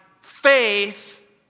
faith